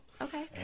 Okay